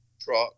truck